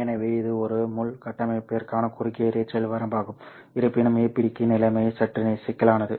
எனவே இது ஒரு முள் கட்டமைப்பிற்கான குறுகிய இரைச்சல் வரம்பாகும் இருப்பினும் APD க்கு நிலைமை சற்று சிக்கலானது